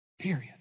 period